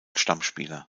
stammspieler